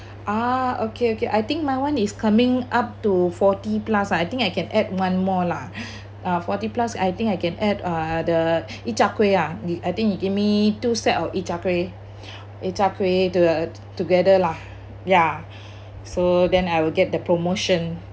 ah okay okay I think my [one] is coming up to forty plus ah I think I can add one more lah uh forty plus I think I can add uh the you char kway ah I think you give me two set of you char kway you char kway to~ together lah ya so then I will get the promotion